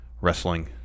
wrestling